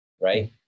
right